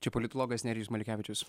čia politologas nerijus maliukevičius